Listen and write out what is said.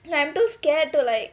I'm too scared to like